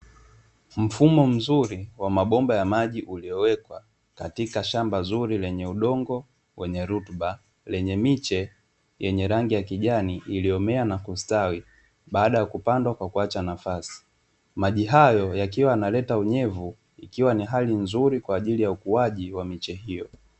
Mfumo mzuri wa mabomba ya maji uliowekwa katika shamba zuri lenye udongo wenye rutuba, lenye miche yenye rangi ya kijani iliyomea na kustawi. Baada ya kupandwa na kuacha nafasi, maji hayo yakiwa yanaleta unyevu yakiwa na hali nzuri kwa ajili ya ukuaji wa miche hiyo.